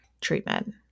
treatment